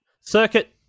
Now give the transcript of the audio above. Circuit